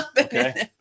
Okay